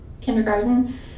kindergarten